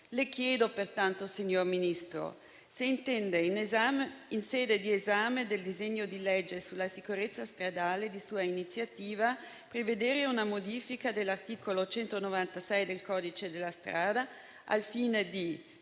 Le chiedo pertanto, signor Ministro, se intende, in sede di esame del disegno di legge sulla sicurezza stradale di sua iniziativa, prevedere una modifica dell'articolo 196 del codice della strada, al fine di